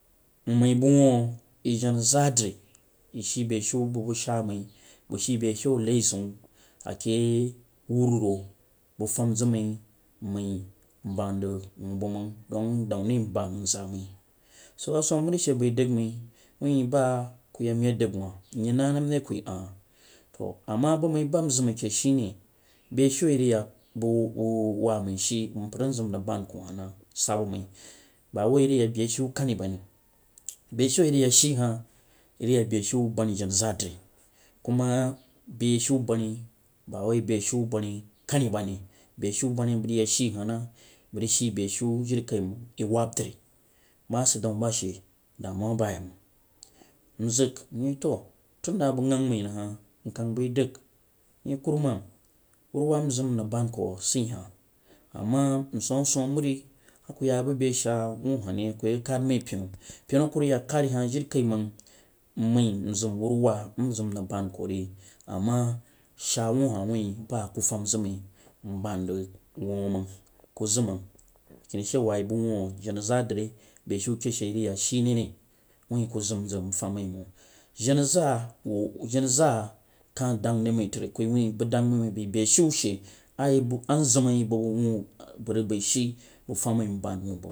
Nmzi bang wuu yeh jasna zaa sri yeh shi beh siu bang, bang shaa mai bang she beh shalah zang wuu bang bamng wuh dang nai nbad mai wuh bai ky yah nye sang wah bai nye nəm ri ku yeh ah, to ama bang mai nzam akeh she neh beh she a yeh a rig yeh shene bu bu waa maishe mpar nzam nrig bad ku qah na, sab mai ba wuh yeh rig yah seh shu kani ba besh a yeh rig yah she hah yeh yah bushu bani jana jana zaa dri ku mah beshu bani ba wuh bani kani ba ni beh bania banf rig yah she hah na mang rig she beh shu jai a yeh rig wab dri ma sid dau ba she damo wabayeh mang nzang to, tun dah nbang gan bzai rig hah nrig ban kah sah hah, ama nsam asam mari a ku yah ba bei shaa wuu hah re a ku yeh kad mai penu penu aka rig yah kari hah kirikai mang nmai nzam wuruwa nzam nrig ban ku re, ama shaa wuu hah ba ku fam zang mang nbanzang bang wuu ang ku zam zmang a kenu she wa yeh bang wuu jaan zaa dri beh ke shi eyh rig yah shi nai re, wuti zam zang nfam mai mzang jana zaawa jana kah kah dang dai mai tri ku wuh bang dang dai mai bai beshu she yah yeh ama zam a yeh bu bang wuh mang rig baishe bang fam mai nban wuu bang mang